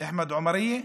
אחמד עומריה.